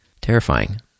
terrifying